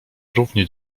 równie